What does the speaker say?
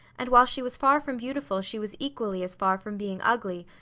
and while she was far from beautiful she was equally as far from being ugly,